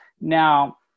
Now